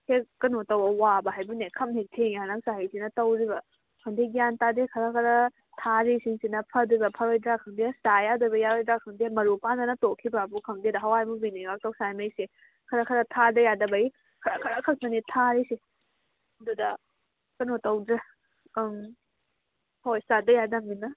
ꯍꯦꯛ ꯀꯩꯅꯣ ꯇꯧꯕ ꯋꯥꯕ ꯍꯥꯏꯕꯨꯅꯦ ꯈꯝꯍꯦꯛ ꯊꯦꯡꯉꯦ ꯍꯟꯗꯛ ꯆꯍꯤꯁꯤꯅ ꯇꯧꯔꯤꯕ ꯈꯪꯗꯦ ꯒ꯭ꯌꯥꯟ ꯇꯥꯗꯦ ꯈꯔ ꯈꯔ ꯊꯥꯔꯤꯁꯤꯡꯁꯤꯅ ꯐꯗꯣꯏꯕ꯭ꯔ ꯐꯔꯣꯏꯗ꯭ꯔ ꯈꯪꯗꯦ ꯆꯥ ꯌꯥꯗꯣꯏꯕ꯭ꯔꯥ ꯌꯥꯔꯣꯏꯗ꯭ꯔꯥ ꯈꯪꯗꯦ ꯃꯔꯨ ꯄꯥꯟꯗꯅ ꯇꯣꯛꯈꯤꯕ꯭ꯔꯕꯨ ꯈꯪꯗꯦꯗ ꯍꯋꯥꯏꯃꯨꯕꯤꯅꯦꯅ ꯇꯧꯁꯥꯔꯤꯃꯩꯁꯦ ꯈꯔ ꯈꯔ ꯊꯥꯗ ꯌꯥꯗꯕꯒꯤ ꯈꯔ ꯈꯔ ꯈꯛꯇꯅꯦ ꯊꯥꯔꯤꯁꯦ ꯑꯗꯨꯗ ꯀꯩꯅꯣ ꯇꯧꯗ꯭ꯔꯦ ꯑꯪ ꯍꯣꯏ ꯆꯥꯗ ꯌꯥꯗꯃꯤꯅ